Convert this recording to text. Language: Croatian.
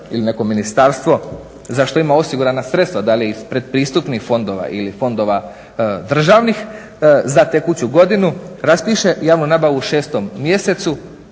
ili neko ministarstvo za što ima osigurana sredstva da li iz pretpristupnih fondova ili fondova državnih za tekuću godinu raspiše javnu nabavu u 6. mjesecu,